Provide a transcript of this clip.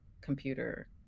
computer